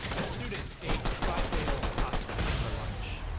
a student ate five day old pasta for lunch.